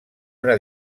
una